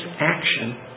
action